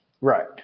Right